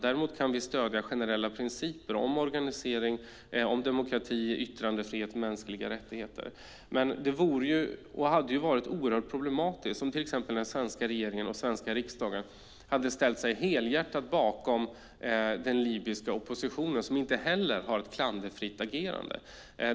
Däremot kan vi stödja generella principer om organisering, demokrati, yttrandefrihet och mänskliga rättigheter. Men det skulle ha varit oerhört problematiskt om till exempel den svenska regeringen och riksdagen hade ställt sig helhjärtat bakom den libyska oppositionen, som ju inte heller har ett klanderfritt agerande.